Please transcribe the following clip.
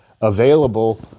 available